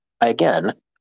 again